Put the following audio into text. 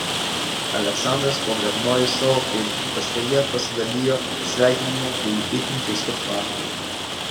aleksandras pogrebnojus savo feisbuko paskyroje pasidalijo sveikinimu bei itin keistu pažadu